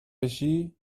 بشی